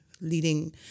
leading